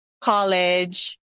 college